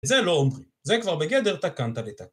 וזה לא אומרים, זה כבר בגדר תקנת ותקנת